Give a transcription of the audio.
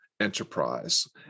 enterprise